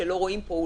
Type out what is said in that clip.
שלא רואים פה,